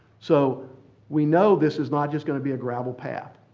so we know this is not just going to be a gravel path.